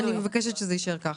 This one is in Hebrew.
אני מבקשת שזה יישאר ככה.